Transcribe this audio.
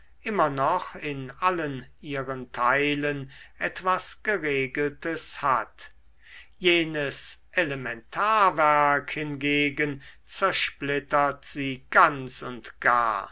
immer noch in allen ihren teilen etwas geregeltes hat jenes elementarwerk hingegen zersplittert sie ganz und gar